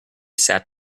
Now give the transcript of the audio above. sat